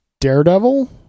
Daredevil